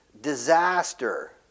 disaster